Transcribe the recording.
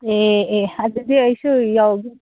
ꯑꯦ ꯑꯦ ꯑꯗꯨꯗꯤ ꯑꯩꯁꯨ ꯌꯥꯎꯒꯦ